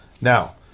Now